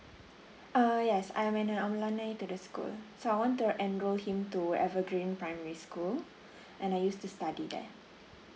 uh yes I'm an alumni to the school so I want to enroll him to evergreen primary school and I used to study there